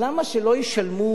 למה שלא ישלמו